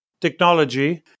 technology